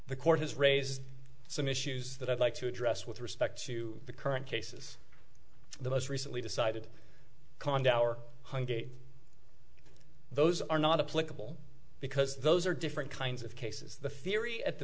the court has raised some issues that i'd like to address with respect to the current cases the most recently decided cond our hunger those are not a political because those are different kinds of cases the theory at the